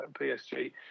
PSG